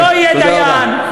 תודה רבה.